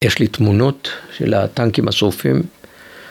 יש לי תמונות של הטנקים השרופים.